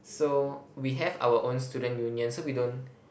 so we have our own student union so we don't